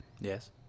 Yes